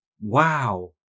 Wow